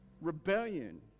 rebellion